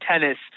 tennis